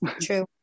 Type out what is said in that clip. True